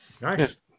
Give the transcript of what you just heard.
Nice